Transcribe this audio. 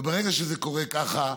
וברגע שזה קורה ככה,